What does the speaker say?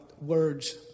words